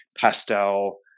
pastel